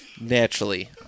Naturally